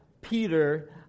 Peter